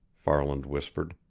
farland whispered.